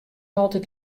altyd